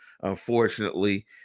unfortunately